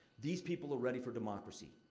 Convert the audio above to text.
these people are ready for democracy.